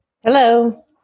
Hello